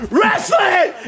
Wrestling